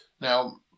Now